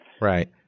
Right